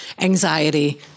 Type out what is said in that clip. anxiety